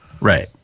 Right